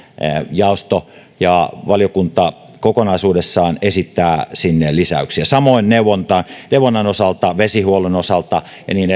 jaosto ja valiokunta kokonaisuudessaan esittävät sinne lisäyksiä samoin neuvonnan neuvonnan osalta vesihuollon osalta